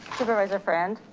supervisor, friend?